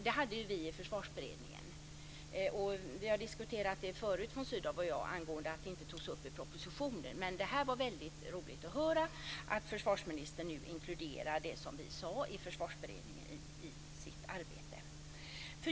Det hade vi uppe i Försvarsberedningen, och von Sydow och jag har tidigare diskuterat att detta inte togs upp i propositionen. Men det var väldigt roligt att höra att försvarsministern nu inkluderar det som vi sade i Försvarsberedningen i sitt arbete.